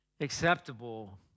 acceptable